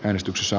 äänestyksessä